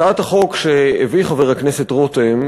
הצעת החוק שהביא חבר הכנסת רותם,